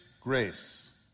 grace